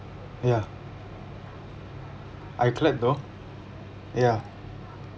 ya I clicked though ya